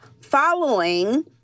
following